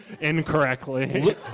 incorrectly